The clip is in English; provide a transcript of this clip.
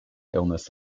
illness